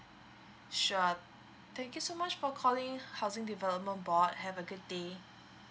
sure thank you so much for calling housing development board have a good day